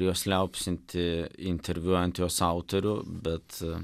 jos liaupsinti interviu ant jos autorių bet